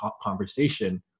conversation